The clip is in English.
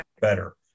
better